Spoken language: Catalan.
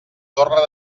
torre